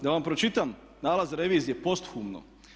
Da vam pročitam nalaz revizije posthumno.